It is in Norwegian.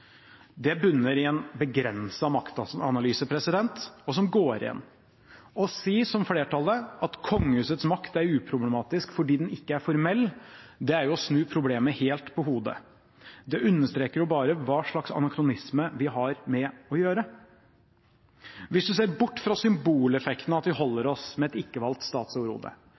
det helt greit. Det bunner i en begrenset maktanalyse som går igjen. Å si, som flertallet gjør, at kongehusets makt er uproblematisk fordi den ikke er formell, er jo å snu problemet helt på hodet. Det understreker bare hva slags anakronisme vi har med å gjøre. Hvis man ser bort fra symboleffekten og at vi holder oss med et